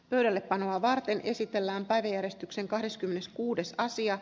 pöydällepanoa varten esitellään päivi eristyksen kahdeskymmeneskuudes sija